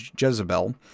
Jezebel